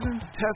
Test